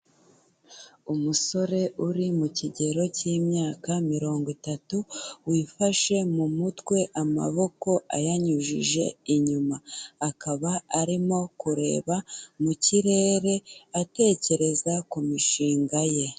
Umusore uri mu kigero cy'imyaka mirongo itatu wifashe mu mutwe amaboko ayanyujije inyuma, akaba arimo kureba mu kirere atekereza ku mishinga ye.